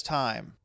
time